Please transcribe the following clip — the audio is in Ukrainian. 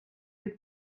від